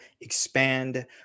expand